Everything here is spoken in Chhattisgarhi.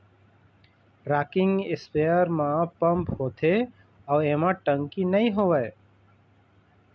रॉकिंग इस्पेयर म पंप होथे अउ एमा टंकी नइ होवय